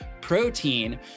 protein